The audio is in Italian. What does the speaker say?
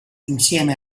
insieme